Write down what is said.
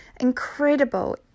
incredible